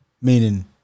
Meaning